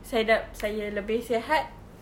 saya sudah saya lebih sihat